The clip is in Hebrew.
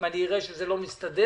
אם אראה שזה לא מסתדר,